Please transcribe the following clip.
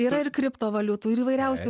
yra ir kriptovaliutų ir įvairiausių